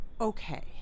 okay